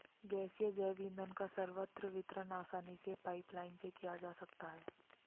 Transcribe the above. गैसीय जैव ईंधन का सर्वत्र वितरण आसानी से पाइपलाईन से किया जा सकता है